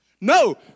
No